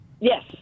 Yes